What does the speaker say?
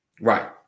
right